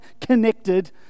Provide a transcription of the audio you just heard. connected